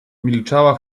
milczała